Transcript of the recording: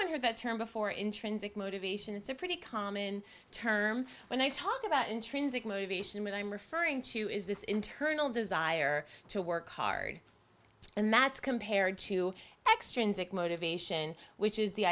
hear that term before intrinsic motivation it's a pretty common term when i talk about intrinsic motivation what i'm referring to is this internal desire to work hard and that's compared to extrinsic motivation which is the